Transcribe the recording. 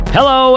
Hello